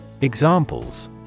Examples